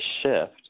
shift